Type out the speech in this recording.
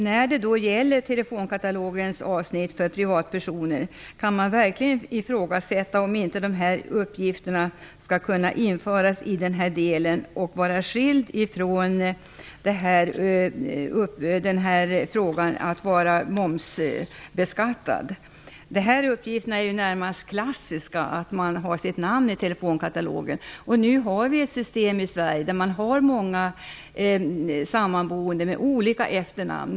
När det gäller telefonkatalogens avsnitt för privatpersoner kan man verkligen ifrågasätta om inte dessa uppgifter skall kunna införas i den delen och vara undantagen för momsbeskattning. Dessa uppgifter är närmast klassiska. Man har sitt namn i telefonkatalogen. Nu har vi ett system i Sverige där det finns många sammanboende med olika efternamn.